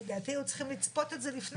לדעתי היו צריכים לצפות את זה לפני